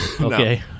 Okay